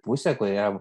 pusę kurią